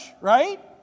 right